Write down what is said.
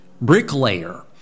bricklayer